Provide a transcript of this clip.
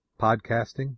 podcasting